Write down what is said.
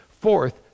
Fourth